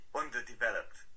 underdeveloped